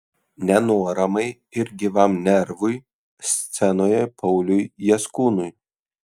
nenuoramai ir gyvam nervui scenoje pauliui jaskūnui